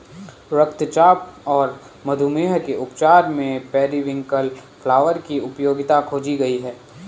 रक्तचाप और मधुमेह के उपचार में पेरीविंकल फ्लावर की उपयोगिता खोजी गई है